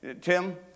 Tim